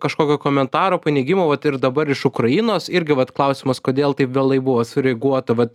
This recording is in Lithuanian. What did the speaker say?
kažkokio komentaro paneigimo vat ir dabar iš ukrainos irgi vat klausimas kodėl taip vėlai buvo sureaguota vat